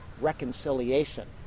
reconciliation